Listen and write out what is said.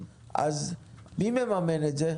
מי מממן את זה?